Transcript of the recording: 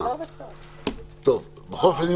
בכל אופן,